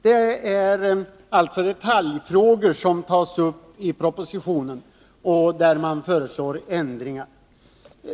Det är alltså i detaljfrågor som man i propositionen föreslår ändringar.